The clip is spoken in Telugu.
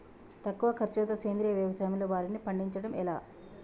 తక్కువ ఖర్చుతో సేంద్రీయ వ్యవసాయంలో వారిని పండించడం ఎలా?